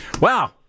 Wow